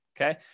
okay